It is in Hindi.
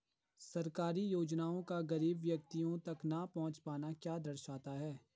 सरकारी योजनाओं का गरीब व्यक्तियों तक न पहुँच पाना क्या दर्शाता है?